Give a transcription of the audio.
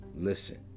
Listen